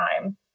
time